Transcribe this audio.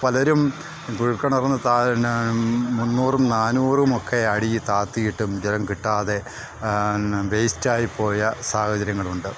പലരും കുഴൽകിണറിന് പിന്നെ മുന്നൂറും നാഞ്ഞൂറുമൊക്കെ അടിയിൽ താഴ്ത്തിയിട്ടും ജലം കിട്ടാതെ വേസ്റ്റ് ആയിപ്പോയ സാഹചര്യങ്ങളുണ്ട്